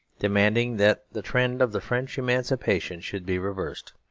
demanding that the trend of the french emancipation should be reversed.